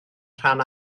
rhan